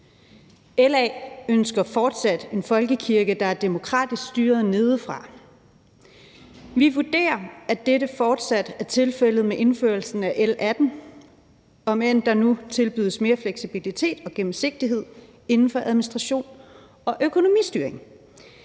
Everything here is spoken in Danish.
LA ønsker fortsat en folkekirke, der er demokratisk styret nedefra. Vi vurderer, at dette fortsat er tilfældet med indførelsen af L 18, om end der nu tilbydes mere fleksibilitet og gennemsigtighed inden for administration og økonomistyring.